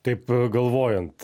taip galvojant